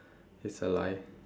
it's a lie